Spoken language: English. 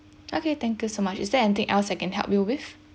okay thank you so much is there anything else I can help you with